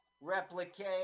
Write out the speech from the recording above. Replicate